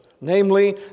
Namely